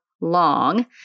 long